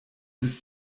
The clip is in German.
ist